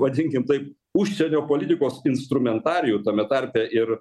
vadinkim taip užsienio politikos instrumentarijų tame tarpe ir